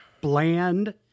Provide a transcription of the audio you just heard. bland